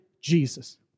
Jesus